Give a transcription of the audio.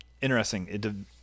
interesting